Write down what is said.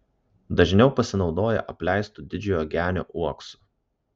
dažniau pasinaudoja apleistu didžiojo genio uoksu